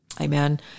Amen